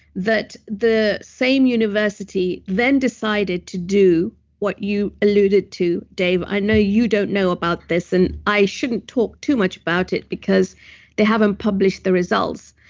that the same university then decided to do what you alluded to, dave. i know you don't know about this, and i shouldn't talk too much about it, because they haven't published the results.